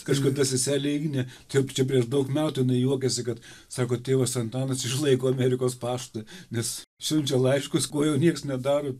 kažkada seselė ignė taip čia prieš daug metų jinai juokėsi kad sako tėvas antanas išlaiko amerikos paštą nes siunčia laiškus ko jau nieks nedaro